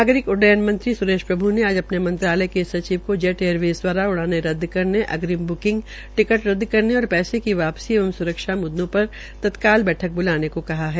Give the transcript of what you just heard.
नागरिक उड्डन मंत्री स्रेश प्रभ् ने आज अपने मंत्रालय के सचिव को जेट एयरवेज़ द्वारा उड़ाने रद्द करने अग्रिम ब्किंग टिकट रद्द करने और पैसे की वापसी एवं स्रक्षा मुद्दो पर तत्काल बैठक ब्लाने को कहा है